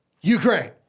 Ukraine